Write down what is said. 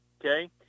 Okay